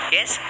Yes